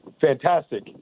fantastic